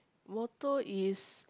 motto is